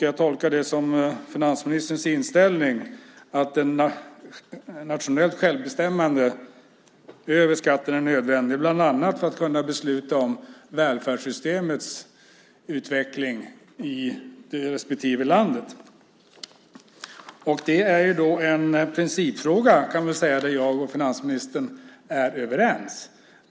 Jag tolkar det som att finansministerns inställning är att ett nationellt självbestämmande över skatten är nödvändigt, bland annat för att kunna besluta om välfärdssystemets utveckling i respektive land. Det är en principfråga där jag och finansministern är överens.